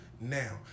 now